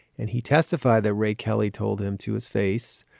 and he testified that ray kelly told him to his face.